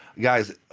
Guys